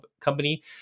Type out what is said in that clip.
Company